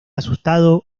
asustado